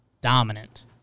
dominant